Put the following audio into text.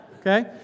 Okay